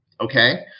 Okay